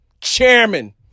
chairman